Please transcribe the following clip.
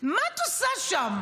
מה את עושה שם?